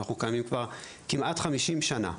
אנחנו קיימים כבר כמעט חמישים שנה.